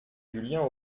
julien